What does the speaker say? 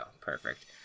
Perfect